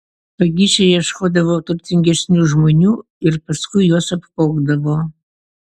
vagišiai ieškodavo turtingesnių žmonių ir paskui juos apvogdavo